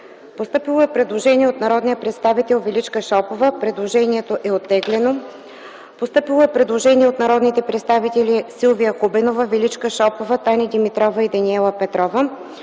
постъпило предложение от народния представител Величка Шопова. Предложението е оттеглено. Постъпило е предложение от народните представители Силвия Хубенова, Величка Шопова, Таня Димитрова и Даниела Петрова.